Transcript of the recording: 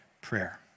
prayer